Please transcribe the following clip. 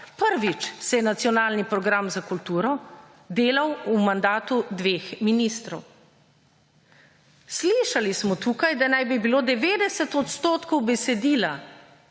Prvič se je nacionalni program za kulturo delal v mandatu dveh ministrov. Slišali smo tukaj, da naj bi bilo 90 % besedila